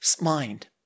mind